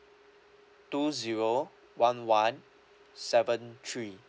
two zero one one seven three